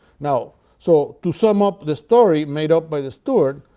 now, so to sum up the story made up by the steward,